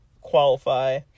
qualify